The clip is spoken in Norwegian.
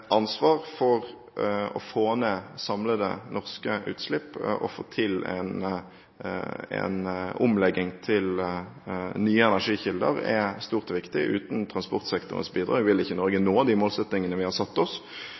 ansvar for å få ned samlede norske utslipp og få til en omlegging til nye energikilder er stort og viktig. Uten transportsektorens bidrag vil ikke Norge nå de målene vi har satt oss.